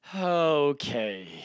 Okay